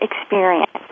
experience